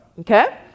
Okay